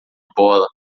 bola